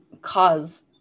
cause